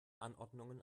anordnungen